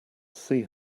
see